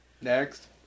Next